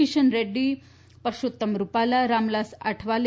Kishan Reddy Parshottam Rupala Ramdas Athawale